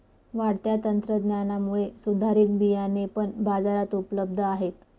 वाढत्या तंत्रज्ञानामुळे सुधारित बियाणे पण बाजारात उपलब्ध आहेत